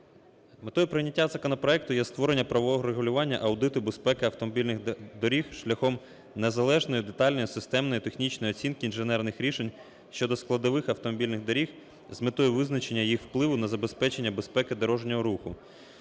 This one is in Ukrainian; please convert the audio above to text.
Метою прийняття законопроекту є створення правового регулювання аудиту безпеки автомобільних доріг шляхом незалежної, детальної, системної, технічної оцінки інженерних рішень щодо складових автомобільних доріг з метою визначення їх впливу на забезпечення безпеки дорожнього руху,